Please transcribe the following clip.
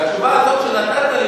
התשובה הזאת שנתת,